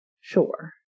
Sure